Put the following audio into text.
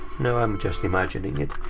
no, i'm just imagining it.